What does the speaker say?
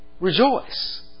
Rejoice